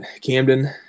Camden